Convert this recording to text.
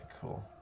cool